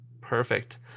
Perfect